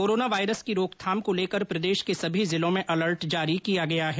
corona virus की रोकथाम को लेकर प्रदेश के सभी जिलों में अलर्ट जारी किया गया है